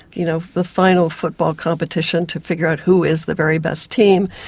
you know, the final football competition to figure out who is the very best team.